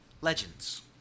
legends